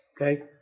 okay